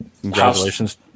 Congratulations